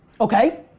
Okay